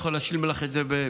אני יכול להשלים לך את זה בכתב.